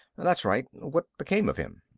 that's right. what became of him?